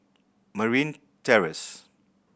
Marine Terrace